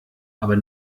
aber